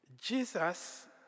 Jesus